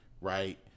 right